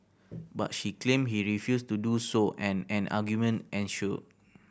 but she claimed he refused to do so and an argument ensued